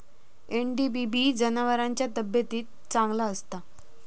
NDBB जनावरांच्या तब्येतीक चांगला असता